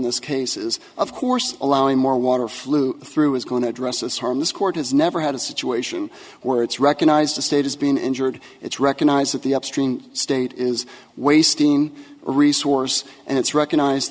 this case is of course allowing more water flew through is going to address this harm this court has never had a situation where it's recognise state has been injured it's recognized that the upstream state is wasting a resource and it's recognized